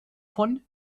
von